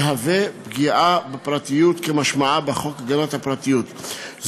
יהווה פגיעה בפרטיות כמשמעה בחוק הגנת הפרטיות,